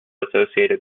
associated